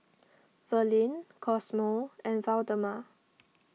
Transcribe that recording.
Verlyn Cosmo and Waldemar